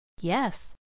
Yes